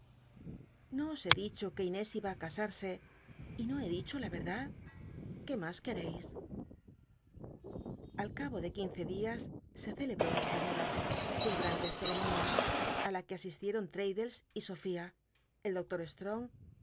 os he dicho que inés iba ü casarse y po he di cho la verdad qué mas quereis al cabo de quince dias se celebró nucstra boda sin grandes ceremonias ü la que asistieron traddles y sofía el doctor